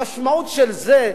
המשמעות של זה,